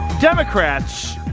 Democrats